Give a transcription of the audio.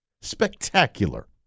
Spectacular